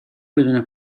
بدون